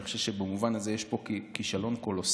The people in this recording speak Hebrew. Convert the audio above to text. אני חושב שבמובן הזה יש פה כישלון קולוסלי.